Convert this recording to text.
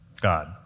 God